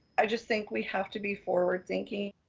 i just think we have to be forward thinking